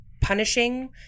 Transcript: punishing